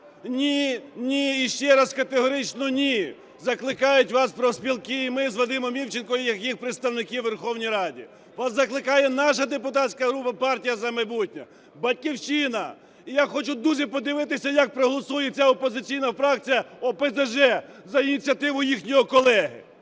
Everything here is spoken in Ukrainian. Ні-ні і ще раз – категорично ні, – закликають вас профспілки і ми з Вадимом Івченком як їх представники у Верховній Раді. Вас закликає наша депутатська група "Партія "За майбутнє", "Батьківщина". І я хочу дуже подивитися, як проголосує ця опозиційна фракція ОПЗЖ за ініціативу їхнього колеги.